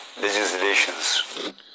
legislations